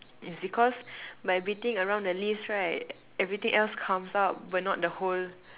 is because by beating around the leaves right everything else comes out but not the whole